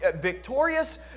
victorious